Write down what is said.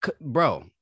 bro